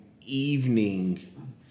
evening